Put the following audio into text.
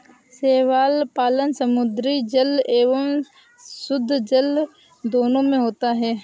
शैवाल पालन समुद्री जल एवं शुद्धजल दोनों में होता है